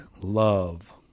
love